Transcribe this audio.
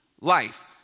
life